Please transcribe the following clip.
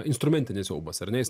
instrumentinis siaubas ar ne jis